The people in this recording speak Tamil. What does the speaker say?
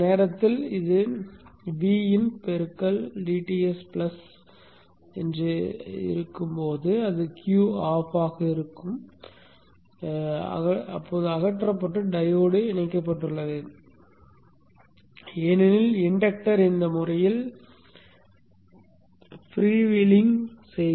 அந்த நேரத்தில் அது Vin பெருக்கல் dTs பிளஸ் ஆகும் போது அது Q ஆஃப் இருக்கும் போது அகற்றப்பட்டு டயோடு இணைக்கப்பட்டுள்ளது ஏனெனில் இன்டக்டர் இந்த முறையில் ஃப்ரீவீலிங் செய்கிறது